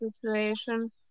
situation